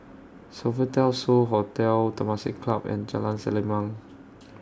Sofitel So Hotel Temasek Club and Jalan Selimang